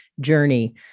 journey